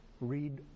read